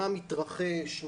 מה מתרחש.